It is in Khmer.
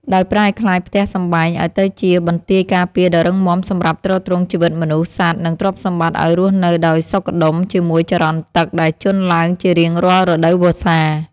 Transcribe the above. ដោយប្រែក្លាយផ្ទះសម្បែងឱ្យទៅជាបន្ទាយការពារដ៏រឹងមាំសម្រាប់ទ្រទ្រង់ជីវិតមនុស្ស សត្វ និងទ្រព្យសម្បត្តិឱ្យរស់នៅដោយសុខដុមជាមួយចរន្តទឹកដែលជន់ឡើងជារៀងរាល់រដូវវស្សា។